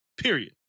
period